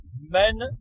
Men